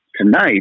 Tonight